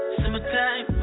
summertime